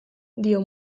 dio